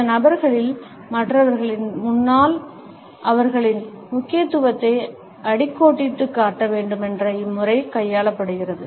இந்த நபர்களில் மற்றவர்களின் முன்னால் அவர்களின் முக்கியத்துவத்தை அடிக்கோடிட்டுக் காட்ட வேண்டுமென்றே இம்முறை கையாளப்படுகிறது